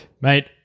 Mate